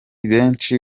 benshi